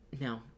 No